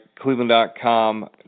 Cleveland.com